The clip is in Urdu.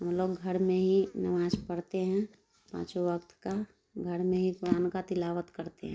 ہم لوگ گھر میں ہی نماز پڑھتے ہیں پانچوں وقت کا گھر میں ہی قرآن کا تلاوت کرتے ہیں